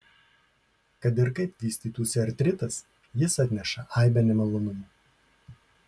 kad ir kaip vystytųsi artritas jis atneša aibę nemalonumų